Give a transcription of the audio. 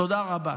תודה רבה.